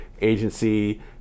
agency